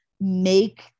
make